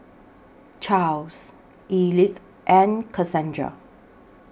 Charls Elick and Cassandra